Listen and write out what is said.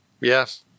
Yes